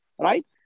right